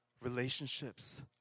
relationships